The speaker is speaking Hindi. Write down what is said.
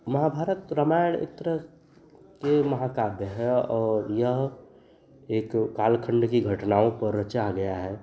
महाभारत रामायण एक तरह के महाकाव्य हैं और यह एक कालखण्ड की घटनाओं पर रचा गया है